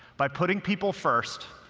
by putting people first,